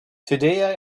today